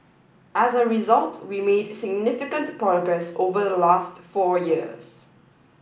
as a result we made significant progress over the last four years